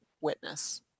witness